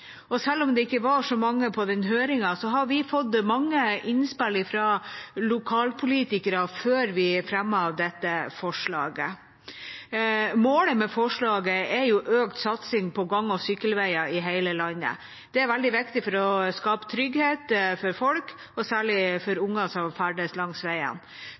Og selv om det ikke var så mange på den høringen, har vi fått mange innspill fra lokalpolitikere før vi fremmet dette forslaget. Målet med forslaget er økt satsing på gang- og sykkelveier i hele landet. Det er veldig viktig for å skape trygghet for folk – og særlig for unger – som ferdes langs